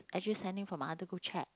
actually sending from other group chat